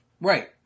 Right